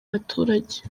baturage